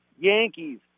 Yankees